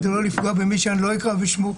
כדי לא לפגוע במי שאני לא אומר את שמו.